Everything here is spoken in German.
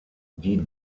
die